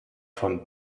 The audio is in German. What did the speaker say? von